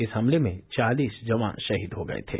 इस हमले में चालीस जवान शहीद हो गये थे